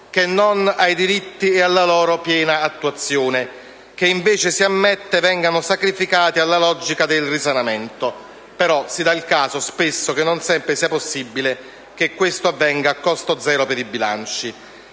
che ai diritti e alla loro piena attuazione, che invece si ammette vengano sacrificati alla logica del risanamento. Però si dà il caso che non sempre sia possibile che questo avvenga a costo zero per i bilanci.